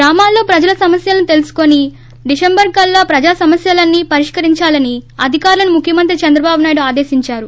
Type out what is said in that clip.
గ్రామాల్లో ప్రజల సమస్యలను తెలుసుకుని డిసెంబర్ కల్లా ప్రజా సమస్యలన్పీ పరిష్కరించాలని అధికారులను ముఖ్యమంత్రి చంద్రబాబునాయుడు ఆదేశించారు